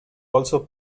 also